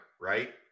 right